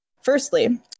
Firstly